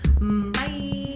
Bye